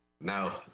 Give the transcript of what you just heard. No